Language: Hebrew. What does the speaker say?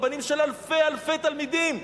רבנים של אלפי-אלפי תלמידים,